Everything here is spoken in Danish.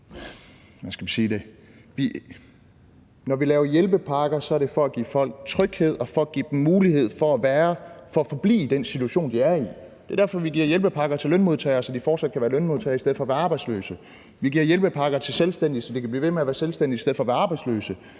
det – laver hjælpepakker, er det for at give folk tryghed og for at give dem mulighed for at forblive i den situation, de er i. Det er derfor, vi giver hjælpepakker til lønmodtagere, nemlig så de fortsat kan være lønmodtagere i stedet for at være arbejdsløse. Vi giver hjælpepakker til selvstændige, så de kan blive ved med at være selvstændige i stedet for at være arbejdsløse.